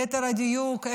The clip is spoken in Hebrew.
וליתר דיוק,